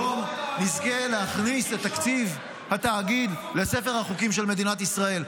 היום נזכה להכניס את תקציב התאגיד לספר החוקים של מדינת ישראל.